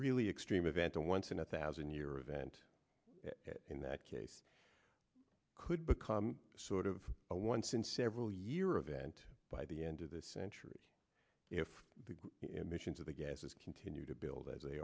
really extreme event a once in a thousand year event in that case could become sort of a once in several year event by the end of this century if the emissions of the gases continue to build as they